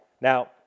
Now